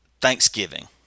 thanksgiving